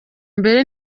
mbere